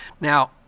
Now